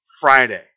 Friday